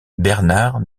bernard